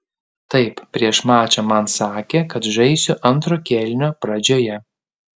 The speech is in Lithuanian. taip prieš mačą man sakė kad žaisiu antro kėlinio pradžioje